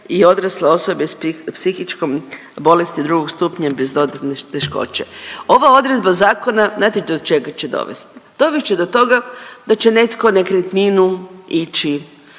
i odrasle osobe s psihičkom bolesti drugog stupnja bez dodatne teškoće. Ova odredba zakona znate do čega će dovesti, dovest će do toga da će netko nekretninu ići